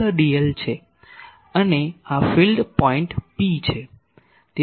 dl છે અને આ ફીલ્ડ પોઇન્ટ P છે